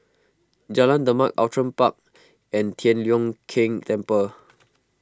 Jalan Demak Outram Park and Tian Leong Keng Temple